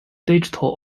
digital